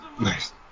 Nice